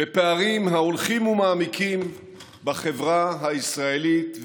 בפערים ההולכים ומעמיקים בחברה הישראלית,